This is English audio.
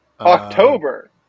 October